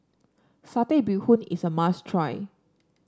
Satay Bee Hoon is a must try